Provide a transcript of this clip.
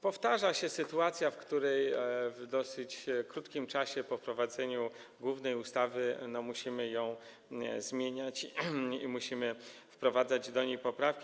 Powtarza się sytuacja, w której w dosyć krótkim czasie po wprowadzeniu głównej ustawy musimy ją zmieniać i musimy wprowadzać do niej poprawki.